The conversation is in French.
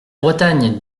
bretagne